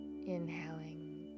inhaling